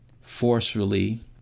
forcefully